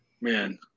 Man